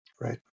Right